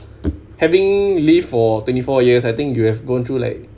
having lived for twenty four years I think you have gone through like